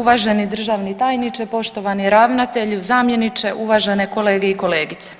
uvaženi državni tajniče, poštovani ravnatelju, zamjeniče, uvažene kolege i kolegice.